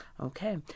Okay